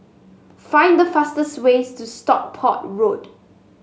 find the fastest ways to Stockport Road